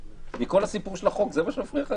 מכל הסיפור של החוק זה מה שמפריע לך?